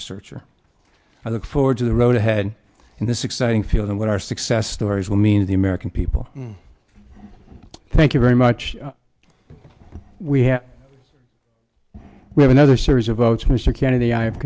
research or i look forward to the road ahead in this exciting field and what our success stories will mean the american people thank you very much we have we have another series of votes mr kennedy i